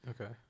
Okay